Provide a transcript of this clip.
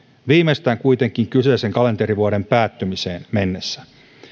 viimeistään kuitenkin kyseisen kalenterivuoden päättymiseen mennessä